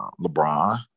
LeBron